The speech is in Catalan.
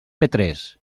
petrés